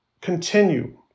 continue